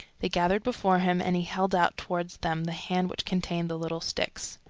they gathered before him, and he held out toward them the hand which contained the little sticks.